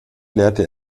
lehrte